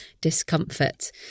discomfort